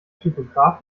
typograf